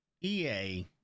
EA